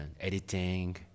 editing